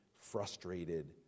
frustrated